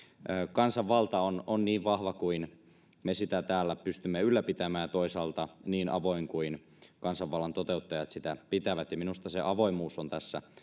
kansanvalta on on niin vahva kuin millaisena me sitä täällä pystymme ylläpitämään ja toisaalta niin avoin kuin millaisena kansanvallan toteuttajat sitä pitävät ja minusta se avoimuus on tässä